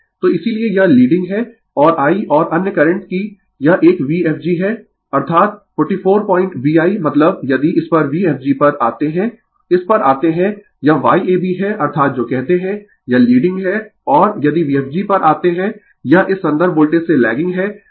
तो इसीलिये यह लीडिंग है और I और अन्य करंट कि यह एक Vfg है अर्थात 44 पॉइंट VI मतलब यदि इस Vfg पर आते है इस पर आते है यह Y ab है अर्थात जो कहते है यह लीडिंग है और यदि Vfg पर आते है यह इस संदर्भ वोल्टेज से लैगिंग है